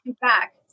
back